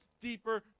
deeper